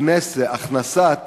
הכנסת